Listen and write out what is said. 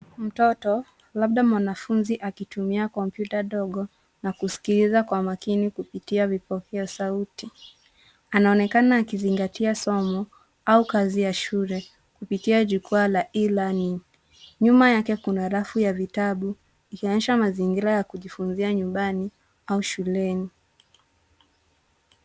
Mtoto labda mwanafunzi akitumia kompyuta dogo na kusikiliza kwa makini kupitia vipokea sauti. Anaonekana akizingatia somo au kazi ya shule kupitia jukwa la e-learning . Nyuma yake kuna rafu ya vitabu, ikionyesha mazingira ya kujifunzia nyumbani au shuleni.